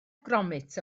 gromit